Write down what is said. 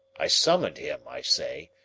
i summoned him, i say,